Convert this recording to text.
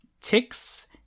Ticks